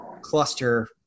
cluster